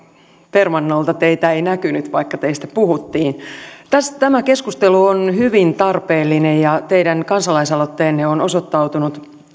permannolta teitä ei näkynyt vaikka teistä puhuttiin tämä keskustelu on hyvin tarpeellinen ja teidän kansalaisaloitteenne on osoittautunut